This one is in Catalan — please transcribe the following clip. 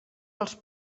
els